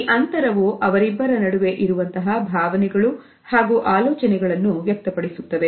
ಈ ಅಂತರವು ಅವರಿಬ್ಬರ ನಡುವೆ ಇರುವಂತಹ ಭಾವನೆಗಳು ಹಾಗೂ ಆಲೋಚನೆಗಳನ್ನು ವ್ಯಕ್ತಪಡಿಸುತ್ತವೆ